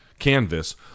canvas